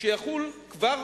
שיחול כבר